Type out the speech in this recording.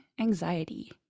anxiety